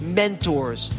mentors